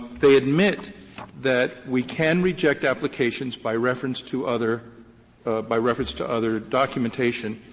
they admit that we can reject applications by reference to other by reference to other documentation